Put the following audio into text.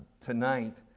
tonight